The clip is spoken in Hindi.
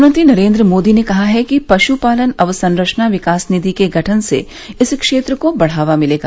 प्रधानमंत्री नरेंद्र मोदी ने कहा है कि पशुपालन अवसंरचना विकास निधि के गठन से इस क्षेत्र को बढ़ावा मिलेगा